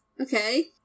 Okay